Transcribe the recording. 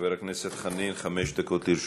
חבר הכנסת חנין, חמש דקות לרשותך.